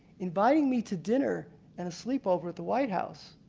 inviting me to dinner and a sleepover at the white house.